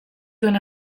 duen